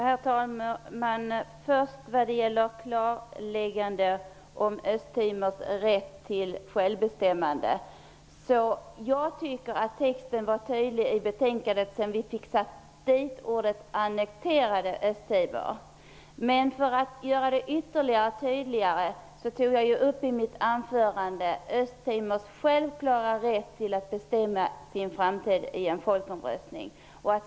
Herr talman! Jag tycker att texten i betänkandet vad gäller klarläggandet om Östtimors rätt till självbestämmande är tydlig efter det att ordet annekterade skrevs in framför Östra Timor. Men för att ytterligare förtydliga detta tog jag ju i mitt anförande upp Östtimors självklara rätt att bestämma sin framtid i en folkomröstning.